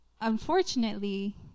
unfortunately